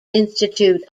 institute